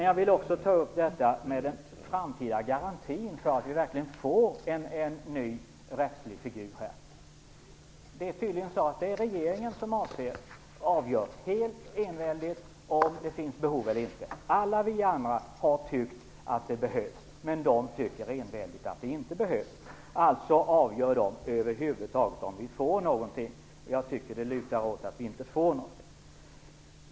Jag vill också ta upp den framtida garantin för att vi verkligen får en ny rättslig reglering här. Det är tydligen regeringen som helt enväldigt avgör om det finns behov eller inte. Alla vi andra har tyckt att detta behövs, men de tycker enväldigt att det inte behövs. De avgör alltså om vi över huvud taget får något. Jag tycker att det lutar åt att vi inte får något.